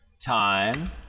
time